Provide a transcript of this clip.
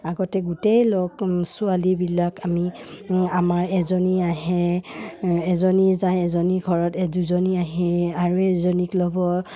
আগতে গোটেই ল ছোৱালীবিলাক আমি আমাৰ এজনী আহে এজনী যায় এজনী ঘৰত দুজনী আহে আৰু এজনীক ল'ব